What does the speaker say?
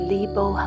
Libo